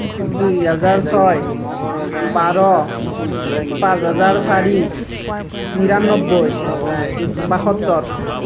দুহেজাৰ ছয় বাৰ পাঁচ হাজাৰ চাৰি নিৰান্নব্বৈ বাসত্তৰ